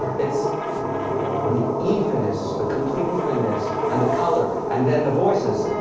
it's the evenness, the complete evenness, and the color, and then the voices.